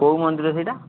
କେଉଁ ମନ୍ଦିର ସେଇଟା